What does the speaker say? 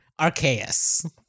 Arceus